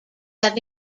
have